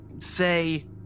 say